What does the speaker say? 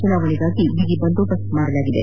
ಚುನಾವಣೆಗೆ ಬಿಗಿ ಬಂದೋಬಸ್ತ್ ಮಾಡಲಾಗಿದೆ